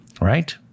Right